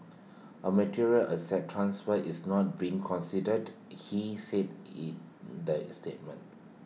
A material asset transfer is not being considered he said in the is statement